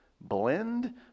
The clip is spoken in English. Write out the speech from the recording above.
blend